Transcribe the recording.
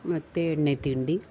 ಮತ್ತು ಎಣ್ಣೆ ತಿಂಡಿ